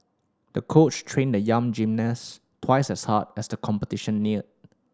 the coach trained the young gymnast twice as hard as the competition neared